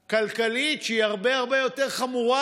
כלכלית, שהיא הרבה הרבה יותר חמורה.